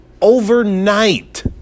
overnight